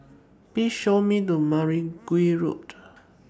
Please Show Me The Mergui Road